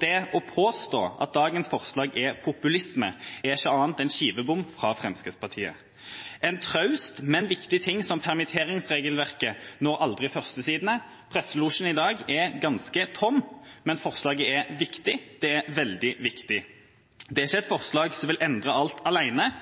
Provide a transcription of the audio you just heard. Det å påstå at dagens forslag er populisme, er ikke annet enn skivebom fra Fremskrittspartiet. En traust, men viktig ting som permitteringsregelverket når aldri førstesidene. Presselosjen i dag er ganske tom, men forslaget er viktig – det er veldig viktig. Det er ikke et forslag som vil endre alt